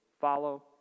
follow